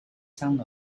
some